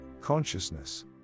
Consciousness